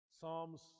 Psalms